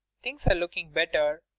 things are looking better.